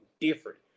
different